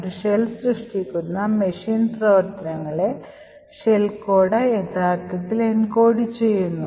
ഒരു ഷെൽ സൃഷ്ടിക്കുന്ന മെഷീൻ പ്രവർത്തനങ്ങളെ ഷെൽ കോഡ് യഥാർത്ഥത്തിൽ എൻകോഡ് ചെയ്യുന്നു